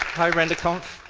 hi, renderconf.